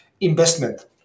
investment